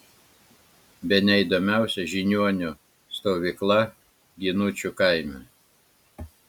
bene įdomiausia žiniuonių stovykla ginučių kaime